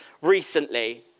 recently